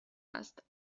است